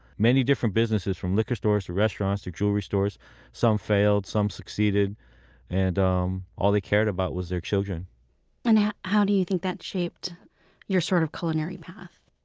many different businesses, from liquor stores to restaurants to jewelry stores some failed, some succeeded and um all they cared about was their children and yeah how do you think that shaped your sort of culinary path?